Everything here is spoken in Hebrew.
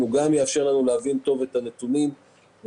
שיאפשר לנו גם להבין את הנתונים לעומק,